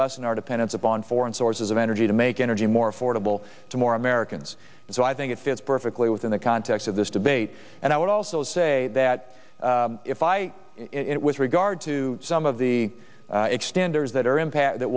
lessen our dependence upon foreign sources of energy to make energy more affordable to more americans and so i think it fits perfectly within the context of this debate and i would also say that if i it with regard to some of the extenders that are impact that